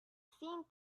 seemed